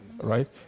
Right